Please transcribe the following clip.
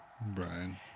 Brian